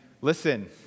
listen